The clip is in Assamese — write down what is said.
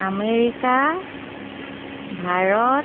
আমেৰিকা ভাৰত